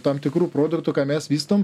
tam tikrų produktų ką mes vystom